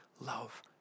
love